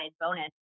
bonus